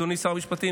אדוני שר המשפטים,